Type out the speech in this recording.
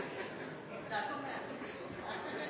der jeg